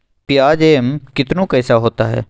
प्याज एम कितनु कैसा होता है?